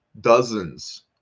dozens